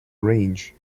range